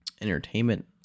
Entertainment